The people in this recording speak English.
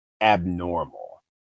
abnormal